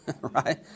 right